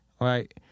right